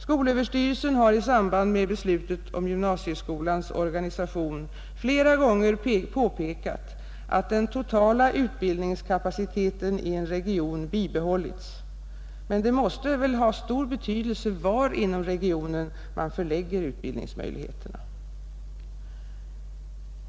Skolöverstyrelsen har i samband med beslutet om gymnasieskolans organisation flera gånger påpekat att den totala utbildningskapaciteten i en region bibehållits, men det måste väl ha stor betydelse var inom regionen man förlägger utbildningsmöjligheterna.